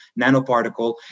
nanoparticle